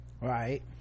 Right